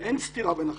ואין סתירה בין החלקים.